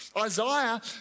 Isaiah